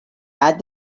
add